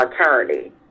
attorney